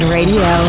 Radio